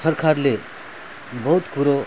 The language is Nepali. सरकारले बहुत कुरो